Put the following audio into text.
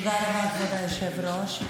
אתה מאותרג ואתה משתמש בחסינות שלך,